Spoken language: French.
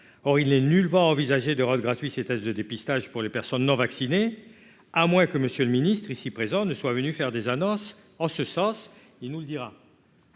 or il est nul, envisager de rock gratuit ces tests de dépistage pour les personnes non vaccinées à moins que monsieur le ministre, ici présent ne soit venu faire des annonces en ce sens, il nous le dira.